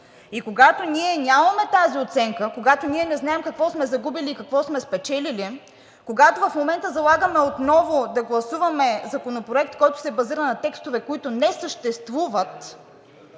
И когато ние нямаме тази оценка, когато ние не знаем какво сме загубили и какво сме спечелили, когато в момента залагаме отново да гласуваме Законопроект, който се базира на текстове, които не съществуват,